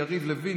יריב לוין,